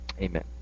Amen